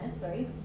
sorry